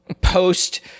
post